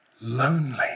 lonely